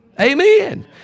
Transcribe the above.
Amen